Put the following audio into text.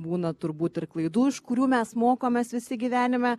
būna turbūt ir klaidų iš kurių mes mokomės visi gyvenime